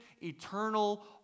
eternal